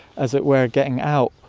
as it were, getting out,